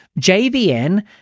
JVN